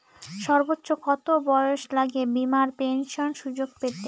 সর্বোচ্চ কত বয়স লাগে বীমার পেনশন সুযোগ পেতে?